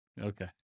Okay